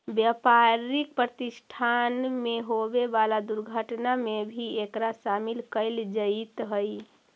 व्यापारिक प्रतिष्ठान में होवे वाला दुर्घटना में भी एकरा शामिल कईल जईत हई